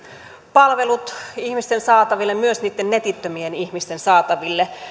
palvelut ihmisten saataville myös niitten netittömien ihmisten saataville